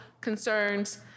concerns